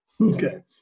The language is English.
Okay